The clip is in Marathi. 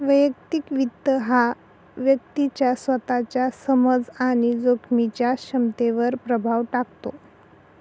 वैयक्तिक वित्त हा व्यक्तीच्या स्वतःच्या समज आणि जोखमीच्या क्षमतेवर प्रभाव टाकतो